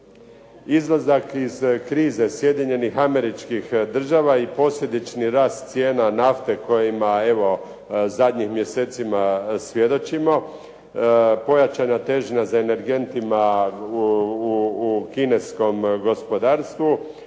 Izlazak iz krize Sjedinjenih američkih država i posljedični rast cijena nafte kojima evo zadnjim mjesecima svjedočimo, pojačana težnja za energentima u kineskom gospodarstvu